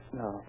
no